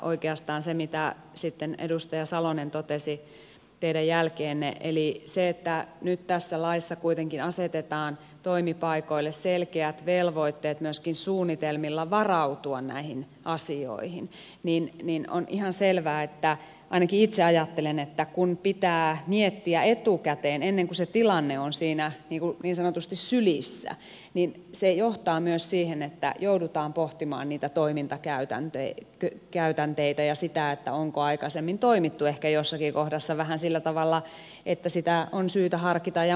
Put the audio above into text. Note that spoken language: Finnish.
oikeastaan kun sitten edustaja salonen totesi teidän jälkeenne että nyt tässä laissa kuitenkin asetetaan toimipaikoille selkeät velvoitteet myöskin suunnitelmilla varautua näihin asioihin niin on ihan selvää että ainakin itse ajattelen että kun pitää miettiä etukäteen ennen kuin se tilanne on siinä niin sanotusti sylissä niin se johtaa myös siihen että joudutaan pohtimaan niitä toimintakäytänteitä ja sitä onko aikaisemmin toimittu ehkä jossakin kohdassa vähän sillä tavalla että sitä on syytä harkita ja muuttaa